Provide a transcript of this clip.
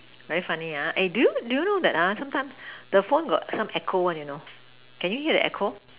very funny ah eh do you do you know that ha sometimes the phone got some echo one you know can you hear the echo